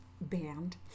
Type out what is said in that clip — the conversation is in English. band